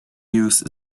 use